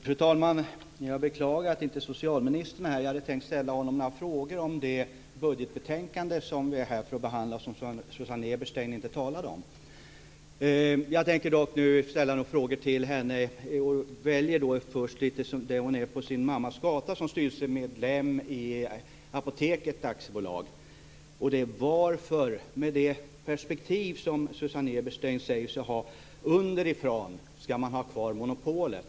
Fru talman! Jag beklagar att inte socialministern är här. Jag hade tänkt ställa honom några frågor om det budgetbetänkande som vi är här för att behandla och som Susanne Eberstein inte talade om. Jag tänker nu dock ställa några frågor till henne och väljer då först något där hon är på sin mammas gata som styrelsemedlem i Apoteket AB. Varför ska man, med det perspektiv underifrån som Susanne Eberstein säger sig ha, ha kvar monopolet?